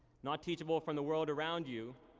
not teachable from the world around you,